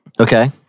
Okay